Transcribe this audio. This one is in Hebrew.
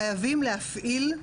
חייבים להפעיל,